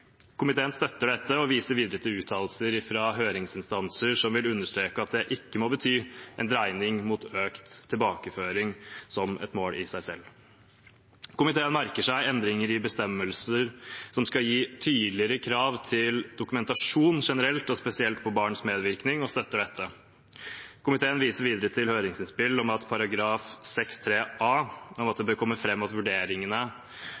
Komiteen støtter dette og viser videre til uttalelser fra høringsinstanser som vil understreke at dette ikke må bety en dreining mot økt tilbakeføring som et mål i seg selv. Komiteen merker seg endringer i bestemmelser som skal gi tydeligere krav til dokumentasjon generelt og spesielt av barns medvirkning, og støtter dette. Komiteen viser videre til høringsinnspill om § 6-3 a om at